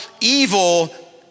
evil